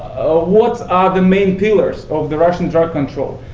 what are the main pillars of the russian drug control?